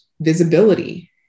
Visibility